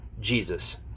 Jesus